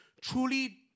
Truly